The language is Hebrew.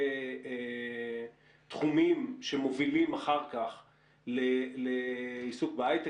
בתחומים שמובילים אחר כך לעיסוק בהיי-טק,